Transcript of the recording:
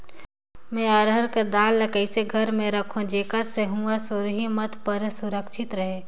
मैं अरहर कर दाल ला कइसे घर मे रखों जेकर से हुंआ सुरही मत परे सुरक्षित रहे?